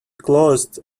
closed